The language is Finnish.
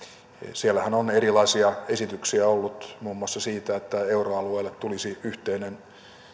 siellähän on erilaisia esityksiä ollut muun muassa siitä että euroalueelle tulisi yhteinen